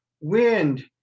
wind